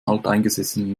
alteingesessenen